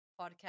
podcast